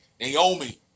Naomi